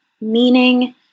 meaning